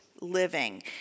living